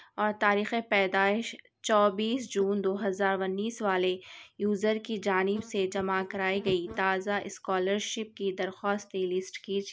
اور تاریخ پیدائش چوبیس جون دو ہزار ونیس والے یوزر کی جانب سے جمع کرائی گئی تازہ اسکولرشپ کی درخواست کی لیسٹ